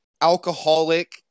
alcoholic